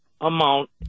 amount